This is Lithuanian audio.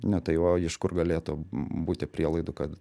ne tai o iš kur galėtų būti prielaidų kad